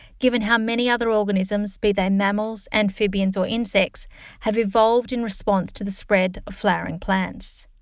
given how many other organisms be they mammals, amphibians, or insects have evolved in response to the spread of flowering plants.